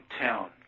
town